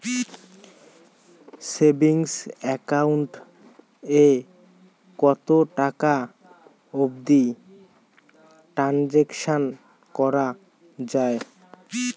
Savings account এ কতো টাকা অবধি ট্রানসাকশান করা য়ায়?